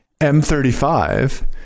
M35